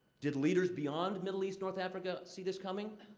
did leaders beyond middle east, north africa, see this coming?